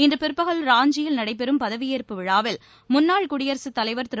இன்று பிற்பகல் ராஞ்சியில் நடைபெறும் பதவியேற்பு விழாவில் முன்னாள் குடியரசுத் தலைவர் திரு